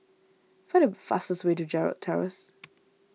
find the fastest way to Gerald Terrace